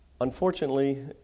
Unfortunately